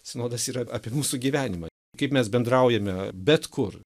sinodas yra apie mūsų gyvenimą kaip mes bendraujame bet kur